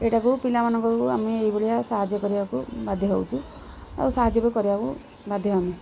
ଏଇଟାକୁ ପିଲାମାନଙ୍କୁ ଆମେ ଏଇଭଳିଆ ସାହାଯ୍ୟ କରିବାକୁ ବାଧ୍ୟ ହେଉଛୁ ଆଉ ସାହାଯ୍ୟ ବି କରିବାକୁ ବାଧ୍ୟ ହେମୁ